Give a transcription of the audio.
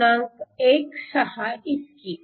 16 इतकी